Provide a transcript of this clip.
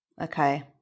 Okay